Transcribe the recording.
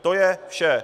To je vše.